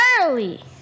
early